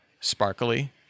sparkly